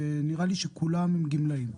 נראה לי שכולם גמלאים.